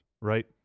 right